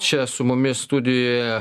čia su mumis studijoje